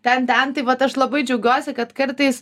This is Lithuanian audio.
ten ten taip vat aš labai džiaugiuosi kad kartais